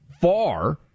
far